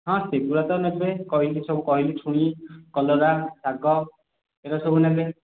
ହଁ ସେଗୁଡ଼ା ତ ନେବେ କହିଲି ସବୁ କହିଲି ଛୁଇଁ କଲରା ଶାଗ ଏଗୁଡ଼ା ସବୁ ନେବେ